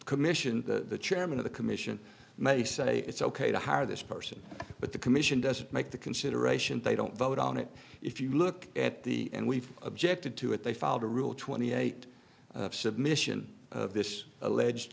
commission the chairman of the commission may say it's ok to hire this person but the commission doesn't make the consideration they don't vote on it if you look at the and we've objected to it they filed a rule twenty eight submission of this alleged